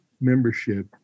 membership